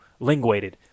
linguated